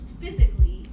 physically